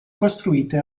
costruite